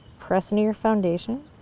press into your foundation,